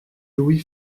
louis